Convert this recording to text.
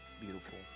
beautiful